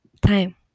time